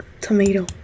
tomato